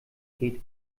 geht